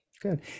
Good